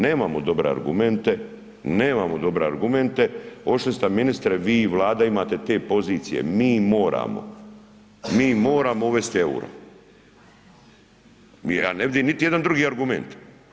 Nemamo dobre argumente, nemamo dobre argumente, otišli ste ministar vi i Vlada imate te pozicije, mi moramo, mi moramo uvesti euro, ja ne vidim niti jedan drugi argument.